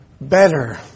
better